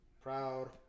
proud